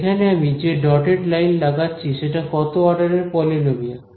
এখানে আমি যে ডটেড লাইন লাগাচ্ছি সেটা কত অর্ডারের পলিনোমিয়াল